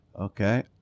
Okay